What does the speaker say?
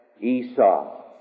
Esau